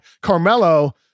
Carmelo